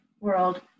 world